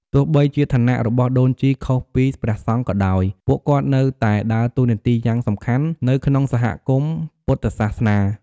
ទោះបីជាឋានៈរបស់ដូនជីខុសពីព្រះសង្ឃក៏ដោយ ពួកគាត់នៅតែដើរតួនាទីយ៉ាងសំខាន់នៅក្នុងសហគមន៍ពុទ្ធសាសនា។